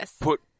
put